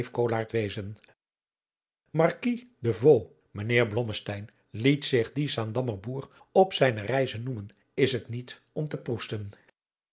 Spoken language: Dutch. blommesteyn liet zich die zaandammer boer op zijne reizen noemen is het niet om te proesten